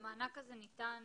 המענק הזה ניתן